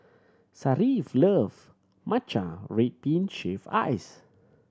Sharif loves matcha red bean shaved ice